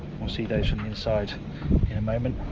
we'll see those from the inside in a moment,